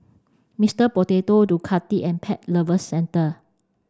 Mister Potato Ducati and Pet Lovers Centre